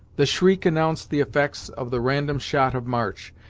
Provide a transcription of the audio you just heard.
the shriek announced the effects of the random shot of march,